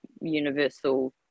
universal